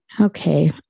Okay